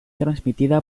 transmitida